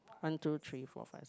one two three four five six